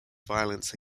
violence